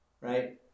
right